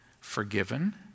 Forgiven